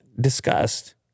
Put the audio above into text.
discussed